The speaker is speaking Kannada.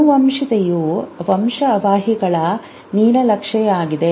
ಆನುವಂಶಿಕತೆಯು ವಂಶವಾಹಿಗಳ ನೀಲನಕ್ಷೆಯಾಗಿದೆ